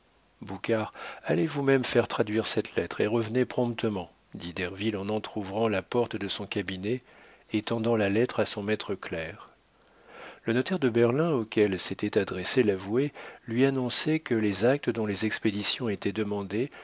allez vous-même faire traduire cette lettre et revenez promptement dit derville en entr'ouvrant la porte de son cabinet et tendant la lettre à son maître clerc le notaire de berlin auquel s'était adressé l'avoué lui annonçait que les actes dont les expéditions étaient demandées